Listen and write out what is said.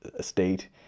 state